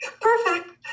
Perfect